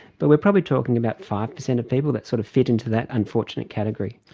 but we're probably talking about five percent of people that sort of fit into that unfortunate category.